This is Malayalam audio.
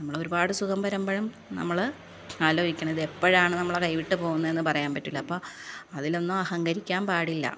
നമ്മൾ ഒരുപാട് സുഖം വരുമ്പോഴും നമ്മൾ ആലോചിക്കണം ഇത് എപ്പോഴാണ് നമ്മുടെ കൈവിട്ട് പോകുന്നത് എന്ന് പറയാൻ പറ്റില്ല അപ്പോൾ അതിലൊന്നും അഹങ്കരിക്കാൻ പാടില്ല